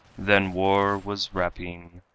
then war was rapine,